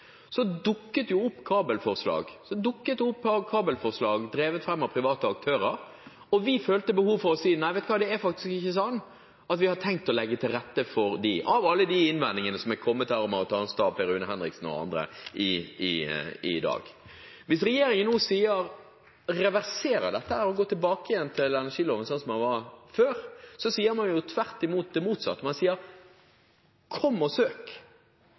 vi følte behov for å si at det er faktisk ikke sånn at vi har tenkt å legge til rette for dem – alle de innvendingene som har kommet her fra Marit Arnstad, Per Rune Henriksen og andre i dag. Hvis regjeringen nå reverserer dette og går tilbake igjen til energiloven sånn som den var før, sier man det motsatte. Man sier kom og